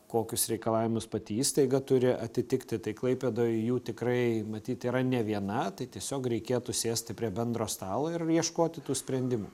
kokius reikalavimus pati įstaiga turi atitikti tai klaipėdoje jų tikrai matyt yra ne viena tai tiesiog reikėtų sėsti prie bendro stalo ir ieškoti tų sprendimų